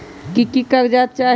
की की कागज़ात चाही?